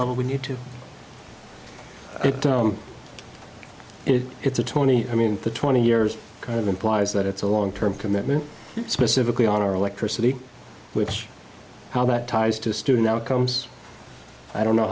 level we need to get it it's a tony i mean the twenty years kind of implies that it's a long term commitment specifically on our electricity which how that ties to student outcomes i don't know